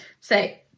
say